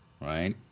right